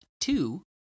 Two